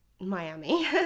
miami